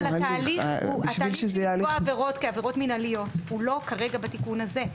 אבל התהליך לקביעת עבירות כעבירות מינהליות הוא לא בתיקון הזה כרגע.